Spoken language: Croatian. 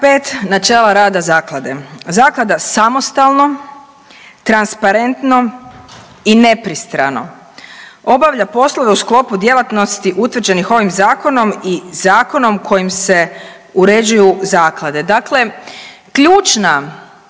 načela rada zaklade. Zaklada samostalno, transparentno i nepristrano obavlja poslove u sklopu djelatnosti utvrđenih ovim zakonom i zakonom kojim se uređuju zaklade. Dakle, ključna